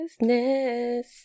Business